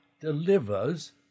delivers